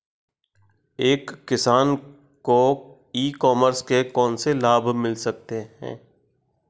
एक किसान को ई कॉमर्स के कौनसे लाभ मिल सकते हैं?